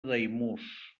daimús